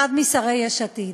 אחד משרי יש עתיד.